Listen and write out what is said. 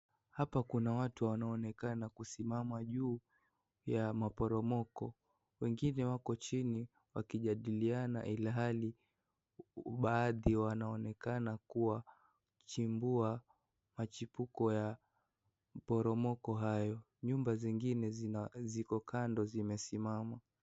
Hapa kuna watu wanaonekana kusimama juu ya maporomoko. Wengine wako chini wakijadiliana ilhali baadhi wanaonekana kuwachimbua machipuko ya poromoko hayo. Nyumba zingine ziko kando zimesimama.